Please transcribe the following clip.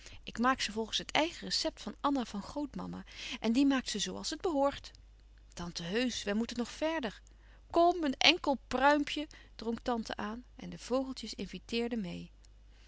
ik maak ze volgens het eigen recept van anna van grootmama en die maakt ze zoo als het behoort tante heusch wij moeten nog verder kom een enkel pruimpje drong tante aan en de vogeltjes inviteerden meê